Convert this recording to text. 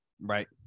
Right